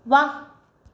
वाह